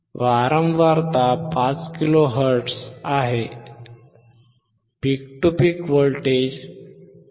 वारंवारता 5 kilohertz आहे peak to peak voltage 5